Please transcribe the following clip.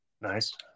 nice